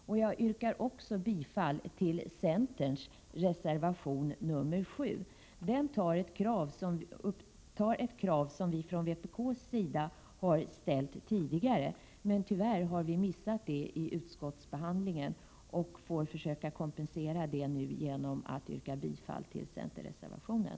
Jag yrkar också bifall till centerns reservation 7. I denna reservation ställer centern ett krav som vpk tidigare har ställt. Tyvärr har vi missat detta vid utskottsbehandlingen och får därför försöka kompensera detta genom att yrka bifall till centerreservationen.